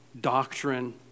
doctrine